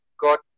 got